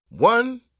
One